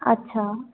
ਅੱਛਾ